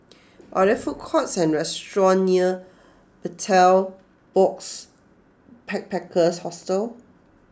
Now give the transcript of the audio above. are there food courts or restaurants near Betel Box Backpackers Hostel